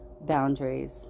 boundaries